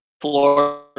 Florida